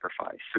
sacrifice